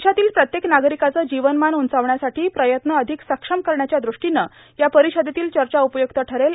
देशातील प्रत्येक नागरिकाचं जीवनमान उंचावण्यासाठी प्रयत्न अधिक सक्षम करण्याच्या दष्टीनं या परिषदेतील चर्चा उपयक्त ठरेल